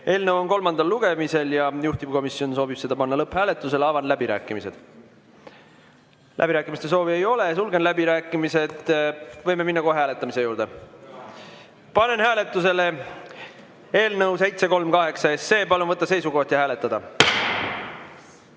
eelnõu on kolmandal lugemisel ja juhtivkomisjon soovib selle panna lõpphääletusele. Avan läbirääkimised. Läbirääkimiste soovi ei ole, sulgen läbirääkimised. Võime minna kohe hääletamise juurde. Panen hääletusele eelnõu 738. Palun võtta seisukoht ja hääletada!